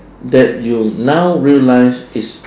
that you now realise is